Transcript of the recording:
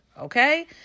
Okay